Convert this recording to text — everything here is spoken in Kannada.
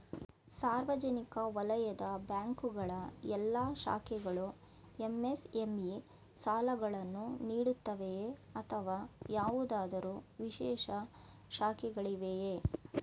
ಸಾರ್ವಜನಿಕ ವಲಯದ ಬ್ಯಾಂಕ್ ಗಳ ಎಲ್ಲಾ ಶಾಖೆಗಳು ಎಂ.ಎಸ್.ಎಂ.ಇ ಸಾಲಗಳನ್ನು ನೀಡುತ್ತವೆಯೇ ಅಥವಾ ಯಾವುದಾದರು ವಿಶೇಷ ಶಾಖೆಗಳಿವೆಯೇ?